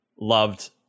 loved